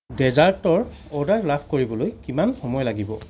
ডেজাৰ্টৰ order লাভ কৰিবলৈ কিমান সময় লাগিব